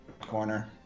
corner